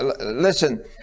listen